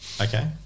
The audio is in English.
Okay